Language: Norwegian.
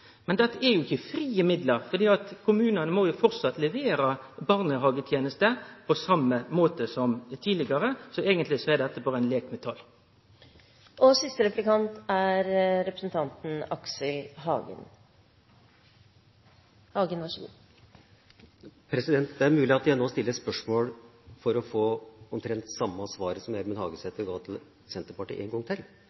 Men dette er jo ikkje frie midlar. Kommunane må framleis levere barnehagetenester på same måten som tidlegare, så eigentleg er dette berre ein leik med tal. Det er mulig jeg nå stiller spørsmål bare for en gang til å få omtrent det samme svaret som Gjermund Hagesæter ga til Senterpartiet. Men jeg er også veldig fasinert av dette med